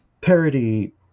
parody